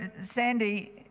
Sandy